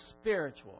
spiritual